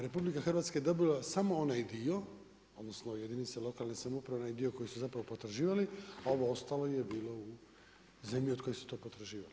RH je dobila samo onaj dio, odnosno jedinice lokalne samouprave, onaj dio koji su zapravo potraživali, a ovo ostalo je bilo u zemlji od koje su to potraživali.